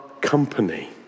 company